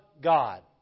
God